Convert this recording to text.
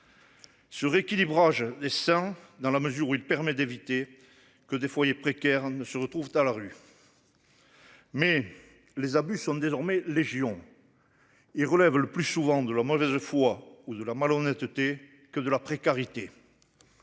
Ce rééquilibrage. Dans la mesure où il permet d'éviter que des foyers précaires ne se retrouvent à la rue. Mais les abus sont désormais légion. Et relève le plus souvent de la mauvaise foi ou de la malhonnêteté que de la précarité.